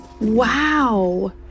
Wow